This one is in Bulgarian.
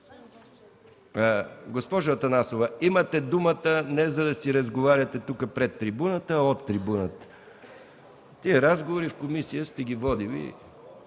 Госпожо Атанасова, имате думата не за да си разговаряте пред трибуната, а от трибуната. Тези разговори сте ги водили